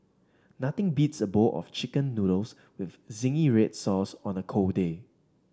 nothing beats a bowl of chicken noodles with zingy red sauce on a cold day